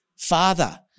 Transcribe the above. Father